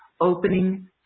opening